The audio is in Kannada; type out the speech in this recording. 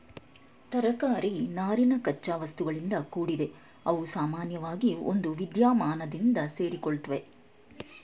ತರಕಾರಿ ನಾರಿನ ಕಚ್ಚಾವಸ್ತುಗಳಿಂದ ಕೂಡಿದೆ ಅವುಸಾಮಾನ್ಯವಾಗಿ ಒಂದುವಿದ್ಯಮಾನದಿಂದ ಸೇರಿಕೊಳ್ಳುತ್ವೆ